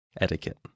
etiquette